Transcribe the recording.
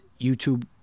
YouTube